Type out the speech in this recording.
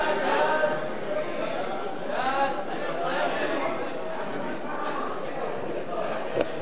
ההצעה להסיר מסדר-היום את הצעת חוק ביטוח